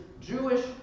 Jewish